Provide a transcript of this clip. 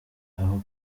aho